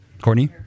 Courtney